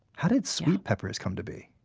how did sweet peppers come to be?